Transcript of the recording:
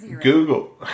Google